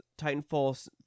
Titanfall